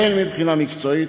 הן מבחינה מקצועית,